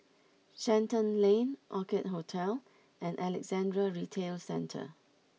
Shenton Lane Orchid Hotel and Alexandra Retail Centre